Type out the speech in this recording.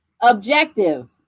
objective